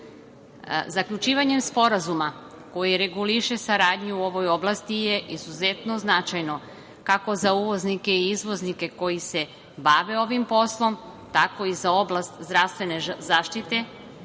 karantina. Zaključivanjem sporazuma koji reguliše saradnju u ovoj oblasti je izuzetno značajno kako za uvoznike tako i za izvoznike koji se bave ovim poslom, tako i za oblast zdravstvene zaštite